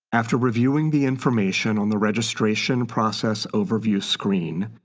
after reviewing the information on the registration process overview screen,